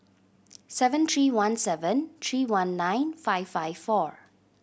seven three one seven three one nine five five four